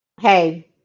Hey